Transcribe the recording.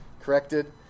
corrected